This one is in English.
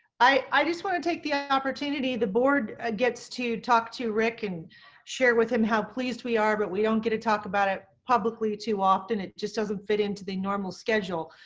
i just want to take the opportunity. the board gets to talk to rick and share with him how pleased we are. but we don't get to talk about it publicly too often. it just doesn't fit into the normal schedule.